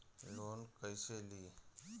Loan कईसे ली?